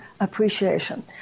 appreciation